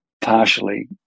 partially